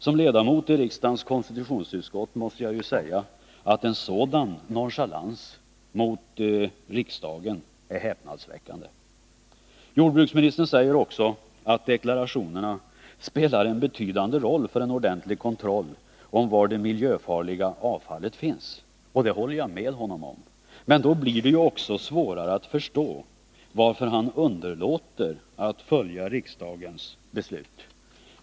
Som ledamot i riksdagens konstitutionsutskott måste jag säga att en sådan nonchalans mot riksdagen är häpnadsväckande. Jordbruksministern säger också att deklarationerna spelar en betydande roll för en ordentlig kontroll av var det miljöfarliga avfallet finns. Och det håller jag med honom om. Men då blir det också svårare att förstå varför han underlåter att följa riksdagens beslut.